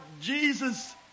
Jesus